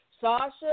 Sasha